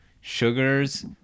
Sugars